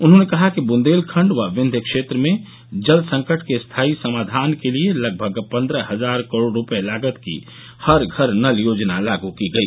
उन्होंने कहा कि बुन्देलखण्ड व विन्ध्य क्षेत्र में जल संकट के स्थाई समाधान के लिए लगभग पन्द्रह हजार करोड़ रुपये लागत की हर घर नल योजना लागू की गई